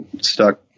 stuck